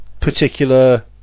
particular